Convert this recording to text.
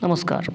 नमस्कार